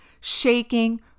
Shaking